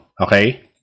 Okay